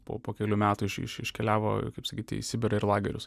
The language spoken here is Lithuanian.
po po kelių metų iš iškeliavo kaip sakyti į sibirą ir lagerius